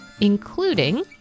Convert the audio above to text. including